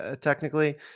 technically